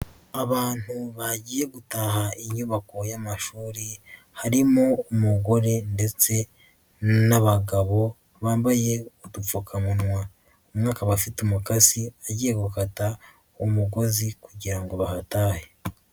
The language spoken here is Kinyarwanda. Abantu bagiye gutaha inyubako y'amashuri, harimo umugore ndetse n'abagabo bambaye udupfukamunwa, umwe akaba afite umukasi, agiye gukata umugozi kugira ngo bahatahe.